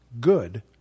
good